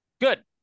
Good